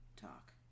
Talk